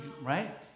Right